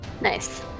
nice